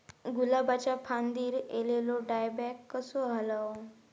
गुलाबाच्या फांदिर एलेलो डायबॅक कसो घालवं?